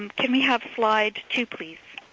can we have slide two, please?